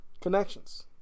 Connections